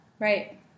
Right